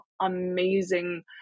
amazing